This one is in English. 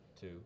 two